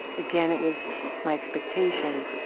again, it was my expectation,